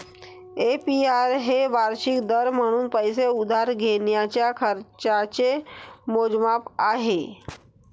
APR हे वार्षिक दर म्हणून पैसे उधार घेण्याच्या खर्चाचे मोजमाप आहे